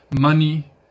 Money